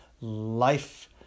life